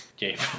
Gabe